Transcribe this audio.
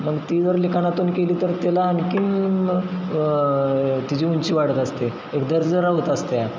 मग ती जर लेखानातून केली तर त्याला आणखी तिची उंची वाढत असते एक दर्जेदार होत असते